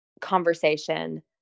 conversation